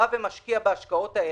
בא ומשקיע בהשקעות האלה,